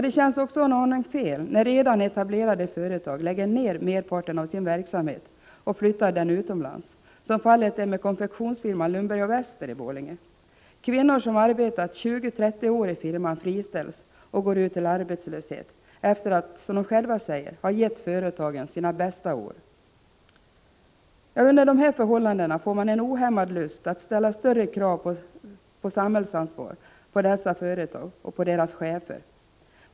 Det känns också en aning fel, när redan etablerade företag lägger ner merparten av sin verksamhet och flyttar den utomlands, som fallet är med konfektionsfirman Lundberg & Wester i Borlänge. Kvinnor som arbetat 20-30 år i firman friställs och går ut till arbetslöshet efter att, som de själva säger, ”ha gett företaget sina bästa år”. Under dessa förhållanden får man en ohämmad lust att ställa större krav på samhällsansvar på dessa företag och på deras chefer.